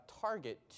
target